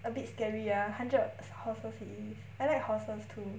a bit scary ah hundred horses it is I like horses too